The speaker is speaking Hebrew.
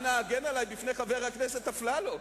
אנא הגן עלי מפני חבר הכנסת אפללו.